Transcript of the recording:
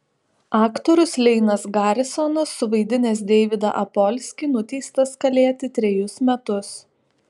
aktorius leinas garisonas suvaidinęs deividą apolskį nuteistas kalėti trejus metus